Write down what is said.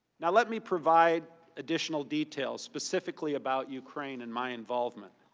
now, let me provide additional detail, specifically about ukraine and my involvement.